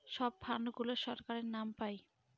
সব ফান্ড গুলো সরকারের নাম পাই